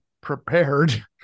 prepared